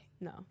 no